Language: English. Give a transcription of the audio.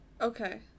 Okay